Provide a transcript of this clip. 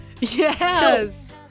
Yes